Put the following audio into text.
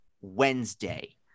Wednesday